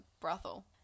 brothel